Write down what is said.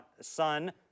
son